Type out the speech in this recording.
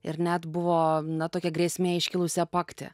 ir net buvo na tokia grėsmė iškilusi apakti